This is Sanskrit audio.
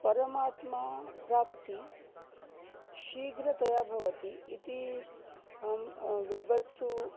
परमात्मा प्राप्तिः शीघ्रतया भवति इति अहं विद्वत्सु